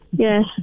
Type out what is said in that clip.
Yes